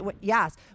yes